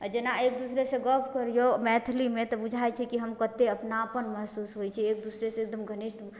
जेना एक दोसरासँ गप करिऔ मैथिलीमे तऽ बुझाइ छै कि हम कतेक अपनापन महसूस होइ छै एक दोसरासँ एकदम घनिष्ठ